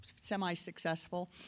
semi-successful